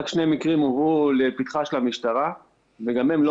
רק שני מקרים הובאו לפתחה של המשטרה וגם הם לא